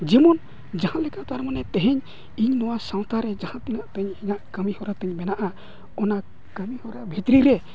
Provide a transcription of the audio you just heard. ᱡᱮᱢᱚᱱ ᱡᱟᱦᱟᱸ ᱞᱮᱠᱟ ᱛᱟᱨ ᱢᱟᱱᱮ ᱛᱮᱦᱮᱧ ᱤᱧ ᱱᱚᱣᱟ ᱥᱟᱶᱛᱟ ᱨᱮ ᱡᱟᱦᱟᱸ ᱛᱤᱱᱟᱹᱜ ᱛᱤᱧ ᱤᱧᱟᱹᱜ ᱠᱟᱹᱢᱤ ᱦᱚᱨᱟ ᱛᱤᱧ ᱢᱮᱱᱟᱜᱼᱟ ᱚᱱᱟ ᱠᱟᱹᱢᱤᱦᱚᱨᱟ ᱵᱷᱤᱛᱨᱤ ᱨᱮ